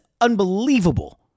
unbelievable